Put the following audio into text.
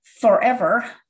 forever